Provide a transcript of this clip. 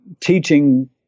teaching